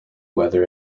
weather